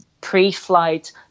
pre-flight